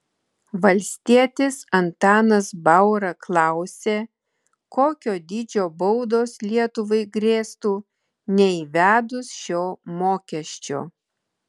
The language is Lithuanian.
valstietis antanas baura klausė kokio dydžio baudos lietuvai grėstų neįvedus šio mokesčio